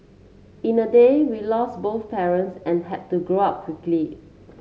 in a day we lost both parents and had to grow up quickly